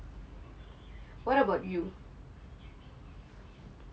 what about you